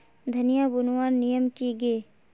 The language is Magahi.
धनिया बूनवार नियम की गे?